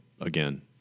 again